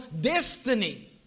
destiny